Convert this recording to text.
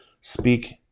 speak